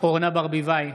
אורנה ברביבאי,